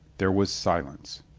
there was silence.